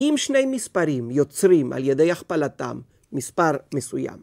אם שני מספרים יוצרים על ידי הכפלתם מספר מסוים,